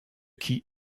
qui